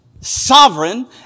sovereign